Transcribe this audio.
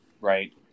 Right